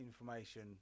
information